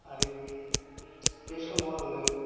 आरो बे समाव आङो